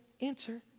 answer